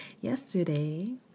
yesterday